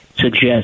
suggest